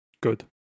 good